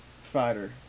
fighter